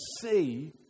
see